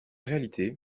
réalité